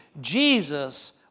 Jesus